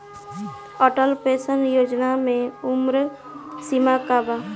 Atal pension Yojana मे उम्र सीमा का बा?